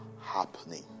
happening